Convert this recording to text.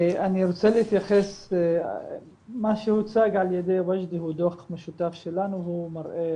אני רוצה להתייחס למה שהוצג על ידי וג'די הוא דו"ח משותף שלנו והוא מראה